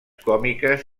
còmiques